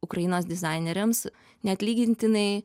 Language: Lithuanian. ukrainos dizaineriams neatlygintinai